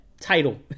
title